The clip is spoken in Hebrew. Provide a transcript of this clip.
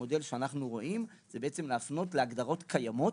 המודל שאנחנו רואים זה להפנות להגדרות קיימות,